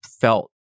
felt